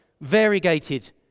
variegated